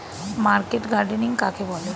Market gardening কাকে বলে?